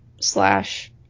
slash –